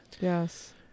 Yes